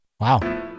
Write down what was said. Wow